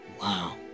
wow